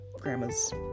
grandma's